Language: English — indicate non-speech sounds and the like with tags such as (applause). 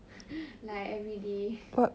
(laughs) like everyday